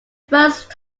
first